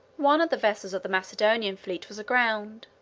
one of the vessels of the macedonian fleet was aground.